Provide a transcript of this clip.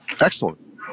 Excellent